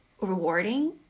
rewarding